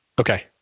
Okay